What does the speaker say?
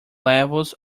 levels